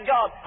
God